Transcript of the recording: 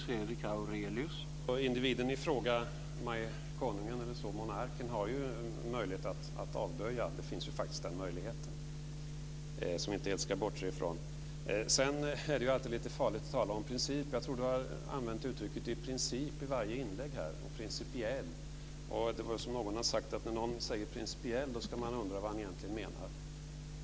Herr talman! Individen i fråga - konungen, monarken - har ju en möjlighet att avböja. Den möjligheten finns faktiskt, som vi inte ska bortse ifrån. Det är alltid farligt att tala om principer. Jag tror att Birger Schlaug har använt uttrycket "i princip" och ordet "principiell" i varje inlägg. Det har sagts att när någon säger "principiell" ska man undra vad han egentligen menar.